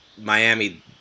Miami